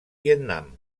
vietnam